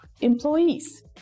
employees